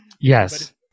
Yes